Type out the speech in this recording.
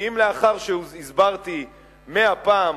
כי אם לאחר שהסברתי מאה פעם,